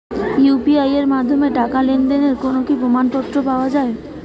UPI এর মাধ্যমে টাকা লেনদেনের কোন কি প্রমাণপত্র পাওয়া য়ায়?